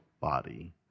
body